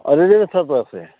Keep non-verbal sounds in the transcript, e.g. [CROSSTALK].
অঁ [UNINTELLIGIBLE] আছে